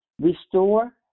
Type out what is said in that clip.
Restore